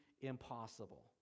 impossible